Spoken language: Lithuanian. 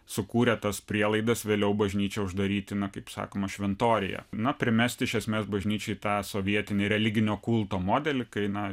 sukūrė tas prielaidas vėliau bažnyčią uždaryti na kaip sakoma šventoriuje na primesti iš esmės bažnyčiai tą sovietinį religinio kulto modelį kai na